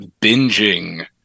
binging